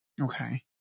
Okay